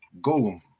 Golem